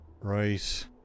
Right